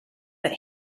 that